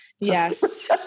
Yes